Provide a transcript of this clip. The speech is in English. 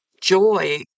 Joy